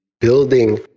building